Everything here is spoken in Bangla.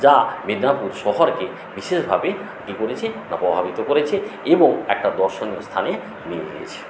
যা মেদিনীপুর শহরকে বিশেষভাবে কী করেছে না প্রভাবিত করেছে এবং একটা দর্শনীয় স্থানে নিয়ে গিয়েছে